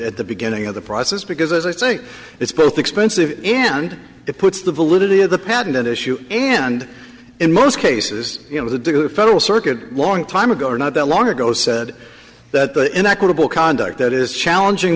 at the beginning of the process because as i say it's both expensive and it puts the validity of the patent at issue and in most cases it was a do or federal circuit a long time ago not that long ago said that the inequitable conduct that is challenging